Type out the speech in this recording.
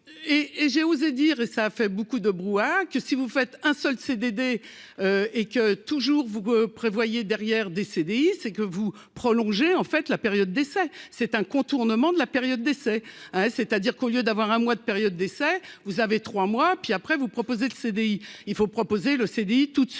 et j'ai osé dire et ça a fait beaucoup de brouhaha que si vous faites un seul CDD et que toujours vous prévoyez derrière des CDI, c'est que vous prolonger, en fait, la période d'essai, c'est un contournement de la période d'essai, hein, c'est-à-dire qu'au lieu d'avoir un mois de période d'essai, vous avez 3 mois, puis après vous proposez le CDI, il faut proposer le CDI tout de suite